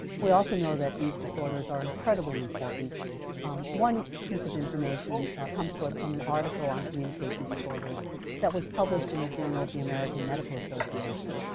we also know that these disorders are incredibly important one piece of information comes to us from an article on communication disorders that was published in the journal of the american medical association.